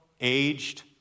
aged